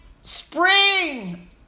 spring